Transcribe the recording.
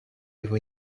его